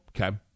Okay